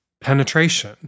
penetration